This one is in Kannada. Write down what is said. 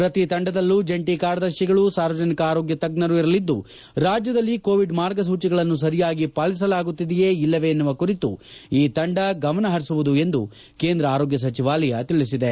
ಪ್ರತಿ ತಂಡದಲ್ಲೂ ಜಂಟಿ ಕಾರ್ಯದರ್ಶಿಗಳು ಸಾರ್ವಜನಿಕ ಆರೋಗ್ಯ ತಜ್ಞರು ಇರಲಿದ್ದು ರಾಜ್ಯದಲ್ಲಿ ಕೋವಿಡ್ ಮಾರ್ಗಸೂಚಿಗಳನ್ನು ಸರಿಯಾಗಿ ಪಾಲಿಸಲಾಗುತ್ತಿದಿಯೇ ಇಲ್ಲವೆ ಎನ್ನುವ ಕುರಿತು ಈ ತಂಡ ಗಮನಪರಿಸಲಿದೆ ಎಂದು ಕೇಂದ್ರ ಆರೋಗ್ಕ ಸಚಿವಾಲಯ ತಿಳಿಸಿದೆ